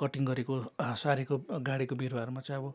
cutting गरेको सारेको गाडेको बिरुवाहरूमा चाहिँ अब